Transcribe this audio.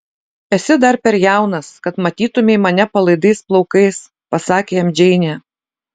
esi dar per jaunas kad matytumei mane palaidais plaukais pasakė jam džeinė